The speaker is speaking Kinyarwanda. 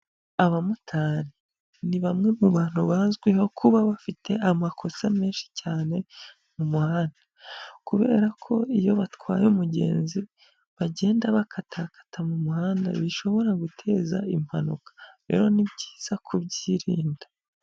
Abamotari, ni bamwe mu bantu bazwiho kuba bafite amakosa menshi cyane mu muhanda, kubera ko iyo batwaye umugenzi bagenda bakatakata mu muhanda bishobora guteza impanuka, rero ni byiza kubyirinda.